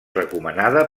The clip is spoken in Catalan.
recomanada